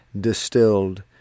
distilled